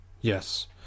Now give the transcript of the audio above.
Yes